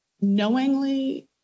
knowingly